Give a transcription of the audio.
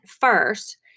first